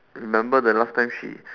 remember the last time she